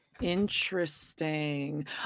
interesting